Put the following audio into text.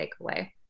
takeaway